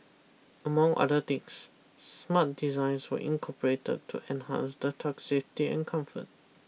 among other things smart designs were incorporated to enhance the tug's safety and comfort